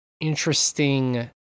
interesting